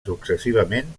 successivament